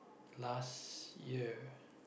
last year